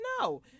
no